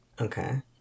Okay